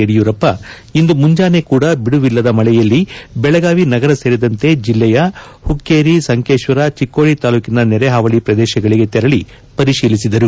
ಯಡಿಯೂರಪ್ಪ ಇಂದು ಮುಂಜಾನೆ ಕೂಡ ಬಿದುವಿಲ್ಲದ ಮಳೆಯಲ್ಲಿ ಬೆಳಗಾವಿ ನಗರ ಸೇರಿದಂತೆ ಜಿಲ್ಲೆಯ ಹುಕ್ಕೇರಿ ಸಂಕೇಶ್ವರ ಚಿಕ್ಕೋಡಿ ತಾಲೂಕಿನ ನೆರೆಹಾವಳಿ ಪ್ರದೇಶಗಳಿಗೆ ತೆರಳಿ ಪರಿಶೀಲಿಸಿದರು